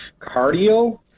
cardio